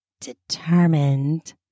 determined